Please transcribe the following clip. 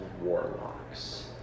warlocks